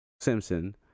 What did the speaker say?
Simpson